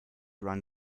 run